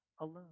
alone